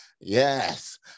Yes